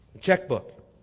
checkbook